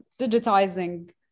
digitizing